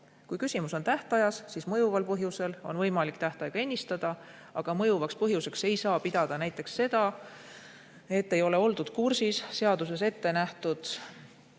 Kui küsimus on tähtajas, siis mõjuval põhjusel on võimalik tähtaega ennistada, aga mõjuvaks põhjuseks ei saa pidada näiteks seda, et ei ole oldud kursis seaduses ette nähtud